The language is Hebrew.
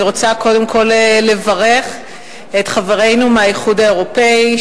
אני רוצה קודם כול לברך את חברינו מהאיחוד האירופי,